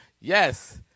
yes